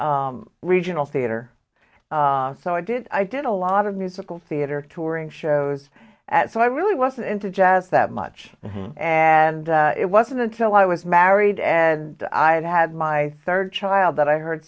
regional theater so i did i did a lot of musical theater touring shows so i really wasn't into jazz that much and it wasn't until i was married and i had my third child that i heard